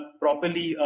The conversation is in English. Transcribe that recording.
properly